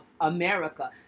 america